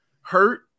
hurt